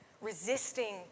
resisting